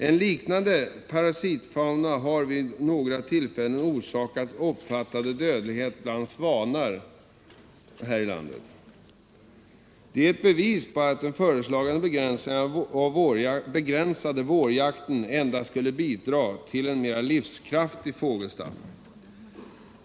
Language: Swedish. En likartad parasitfauna har vid något tillfälle orsakat omfattande dödlighet bland svanar här i landet.” Detta är ett bevis på att den föreslagna begränsade vårjakten endast skulle bidra till mera livskraftiga fåglar.